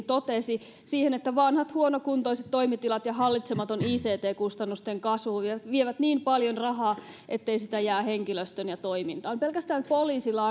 totesi että vanhat huonokuntoiset toimitilat ja hallitsematon ict kustannusten kasvu vievät niin paljon rahaa ettei sitä jää henkilöstöön ja toimintaan pelkästään poliisilla